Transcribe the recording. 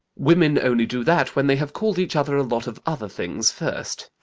women only do that when they have called each other a lot of other things first.